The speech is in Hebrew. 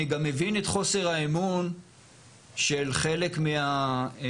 אני גם מבין את חוסר האמון של חלק מגורמי